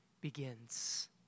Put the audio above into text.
begins